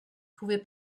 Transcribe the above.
pouvais